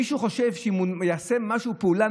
מישהו חושב שהוא יעשה משהו או פעולה